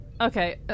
Okay